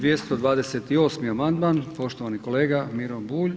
228. amandman, poštovani kolega Miro Bulj.